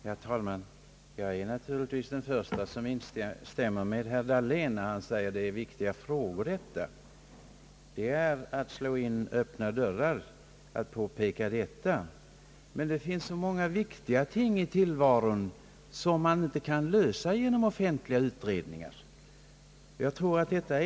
Herr talman! Jag är naturligtvis den förste att instämma med herr Dahlén, när han säger att detta är viktiga frågor. Att som herr Dahlén påpeka det är att slå in öppna dörrar. Det finns emellertid många viktiga ting i tillvaron som man inte kan klara genom offentliga utredningar.